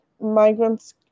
migrants